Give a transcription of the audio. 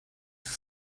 have